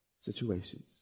situations